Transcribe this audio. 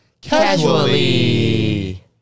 Casually